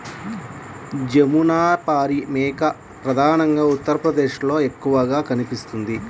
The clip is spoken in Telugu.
జమునపారి మేక ప్రధానంగా ఉత్తరప్రదేశ్లో ఎక్కువగా కనిపిస్తుంది